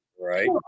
Right